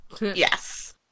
yes